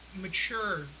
mature